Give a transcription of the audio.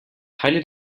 teile